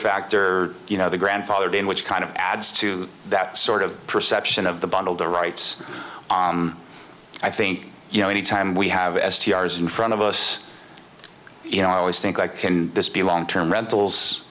factor you know the grandfathered in which kind of adds to that sort of perception of the bundle the rights i think you know any time we have s t r is in front of us you know i always think i can this be long term rentals